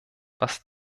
was